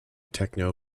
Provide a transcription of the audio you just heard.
techno